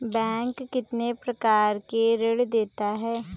Bank कितने प्रकार के ऋण देता है?